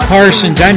Parsons